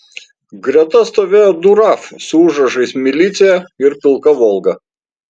greta stovėjo du raf su užrašais milicija ir pilka volga